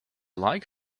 like